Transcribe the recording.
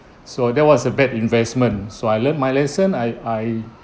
so that was a bad investment so I learned my lesson I I